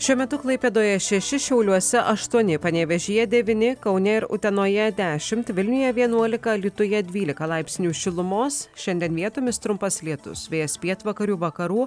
šiuo metu klaipėdoje šeši šiauliuose aštuoni panevėžyje devyni kaune ir utenoje dešimt vilniuje vienuolika alytuje dvylika laipsnių šilumos šiandien vietomis trumpas lietus vėjas pietvakarių vakarų